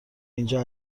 اینجا